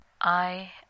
I